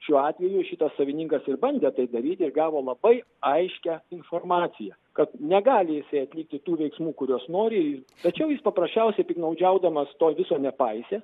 šiuo atveju šitas savininkas ir bandė tai daryti ir gavo labai aiškią informaciją kad negali jisai atlikti tų veiksmų kuriuos nori tačiau jis paprasčiausiai piktnaudžiaudamas to viso nepaisė